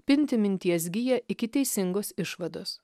pinti minties giją iki teisingos išvados